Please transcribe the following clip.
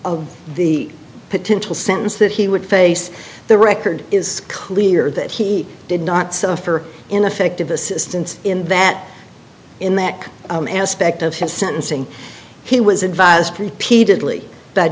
of the potential sentence that he would face the record is clear that he did not suffer ineffective assistance in that in that aspect of his sentencing he was advised repeated lee that